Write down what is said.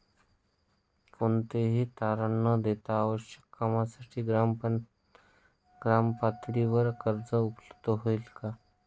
कोणतेही तारण न देता आवश्यक कामासाठी ग्रामपातळीवर कर्ज उपलब्ध होईल का?